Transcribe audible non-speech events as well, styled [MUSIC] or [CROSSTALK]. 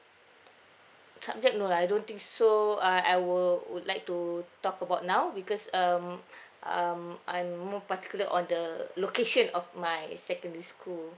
subject no lah I don't think so uh I will would like to talk about now because um [BREATH] um I'm more particular on the location of my secondary school